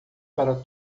para